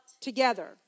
together